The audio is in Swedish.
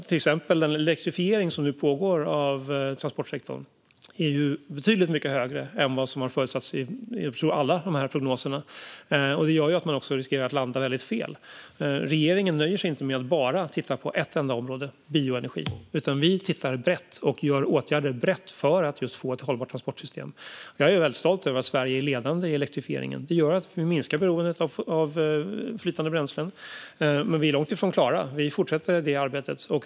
Till exempel är den elektrifiering av transportsektorn som nu pågår betydligt större än vad man förutsatt i, tror jag, alla dessa prognoser. Sådant gör att man riskerar att landa väldigt fel. Regeringen nöjer sig inte med att bara titta på ett enda område, bioenergi. Vi tittar brett och gör åtgärder brett för att just få ett hållbart transportsystem. Jag är väldigt stolt över att Sverige är ledande i elektrifieringen. Det gör att vi minskar beroendet av flytande bränslen, men vi är långt ifrån klara. Vi fortsätter det arbetet.